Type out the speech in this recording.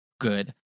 good